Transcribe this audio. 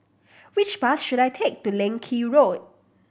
which bus should I take to Leng Kee Road